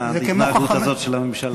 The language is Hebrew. ההתנהגות הזאת של הממשלה.